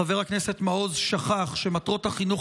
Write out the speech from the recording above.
חבר הכנסת מעוז שכח שמטרות החינוך